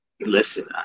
Listen